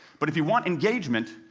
but if you want engagement,